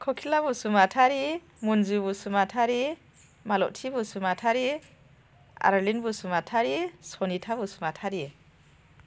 Kokila Basumatary Manju Basumatary Malati Basumatary Arlin Basumatary Sanita Basumatary